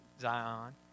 Zion